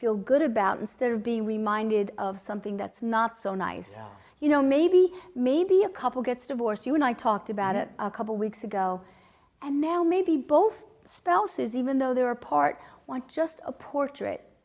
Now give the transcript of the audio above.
feel good about instead of being reminded of something that's not so nice you know maybe maybe a couple gets divorced you and i talked about it a couple weeks ago and now maybe both spouses even though they were part want just a portrait